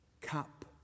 cup